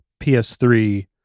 PS3